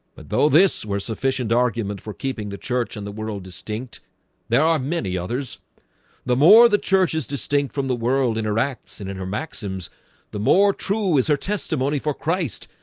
but though this were sufficient argument for keeping the church and the world distinct there are many others the more the church is distinct from the world interacts and in her maxim's the more true is her testimony for christ.